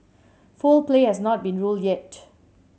foul play has not been ruled yet